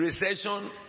recession